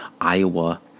Iowa